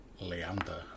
Leander